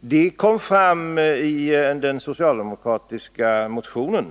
Det kom fram i de socialdemokratiska motionerna.